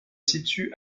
situe